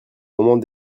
moment